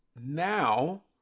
now